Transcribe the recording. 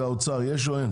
האוצר, יש או אין?